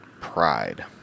pride